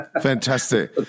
Fantastic